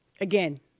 again